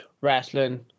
wrestling